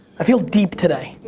i feel deep today. yeah,